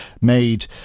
made